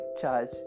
charge